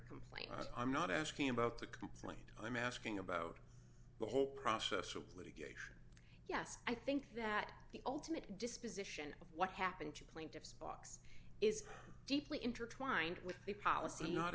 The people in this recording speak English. complaint i'm not asking about the complaint i'm asking about the whole process of litigation yes i think that the ultimate disposition of what happened to plaintiffs box is deeply intertwined with the policy not